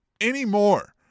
anymore